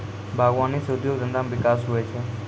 बागवानी से उद्योग धंधा मे बिकास हुवै छै